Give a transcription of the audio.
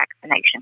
vaccination